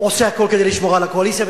שעושה הכול כדי לשמור על הקואליציה.